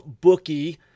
bookie